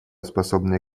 способные